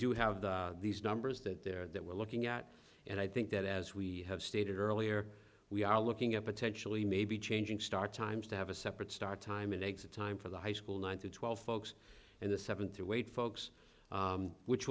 do have these numbers that there that we're looking at and i think that as we have stated earlier we are looking at potentially maybe changing start times to have a separate start time an exit time for the high school nine to twelve folks in the seven through eight folks which